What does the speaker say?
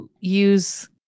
use